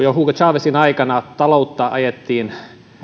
jo hugo chavezin aikana taloutta ajettiin